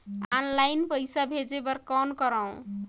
Online पईसा भेजे बर कौन करव?